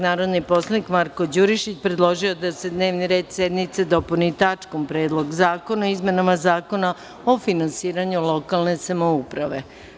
Narodni poslanik Marko Đurišić predložio je da se dnevni red sednice dopuni tačkom – Predlog zakona o izmenama Zakona o finansiranju lokalne samouprave.